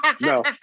no